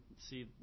See